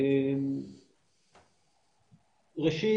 בבקשה.